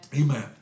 Amen